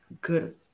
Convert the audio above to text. good